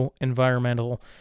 Environmental